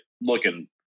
looking